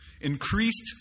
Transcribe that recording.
increased